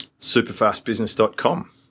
Superfastbusiness.com